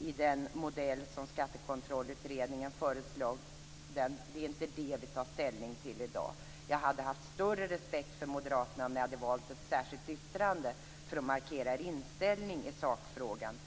i den modell som Skattekontrollutredningen föreslagit. Det är inte det vi tar ställning till i dag. Jag hade haft större respekt för moderaterna om ni hade valt ett särskilt yttrande för att markera er inställning i sakfrågan.